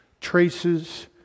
traces